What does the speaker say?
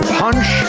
punch